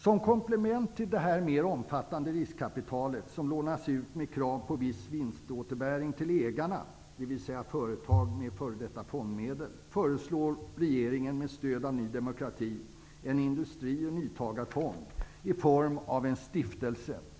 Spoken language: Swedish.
Som komplement till detta mer omfattande riskkapital, som lånas ut med krav på viss vinståterbäring till ägarna, dvs. företag med f.d. fondmedel, föreslår regeringen med stöd av Ny demokrati en industri och nyföretagarfond i form av en stiftelse.